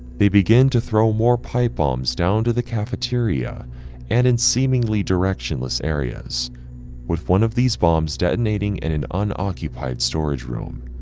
they begin to throw more pipe bombs down to the cafeteria and in seemingly directionless areas with one of these bombs detonating in an unoccupied storage room.